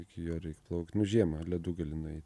iki jo reik plaukt nu žiemą ledu gali nueit